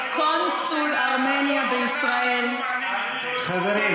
את קונסול ארמניה בישראל, חברים,